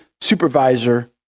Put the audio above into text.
supervisor